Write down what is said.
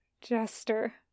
Jester